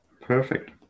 perfect